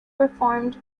performed